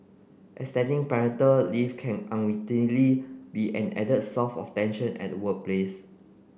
extending parental leave can unwittingly be an added source of tension at the workplace